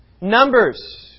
Numbers